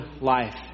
life